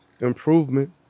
improvement